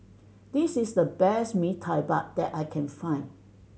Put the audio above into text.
this is the best Mee Tai Mak that I can find